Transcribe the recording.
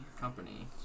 Company